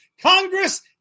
Congress